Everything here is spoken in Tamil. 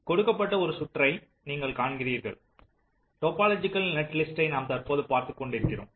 கொடுக்கப்பட்ட ஒரு சுற்றை நீங்கள் காண்கிறீர்கள் டோபோலொஜிக்கல் நெட்லிஸ்ட்டைப் நாம் தற்போது பார்த்துக் கொண்டிருக்கிறோம்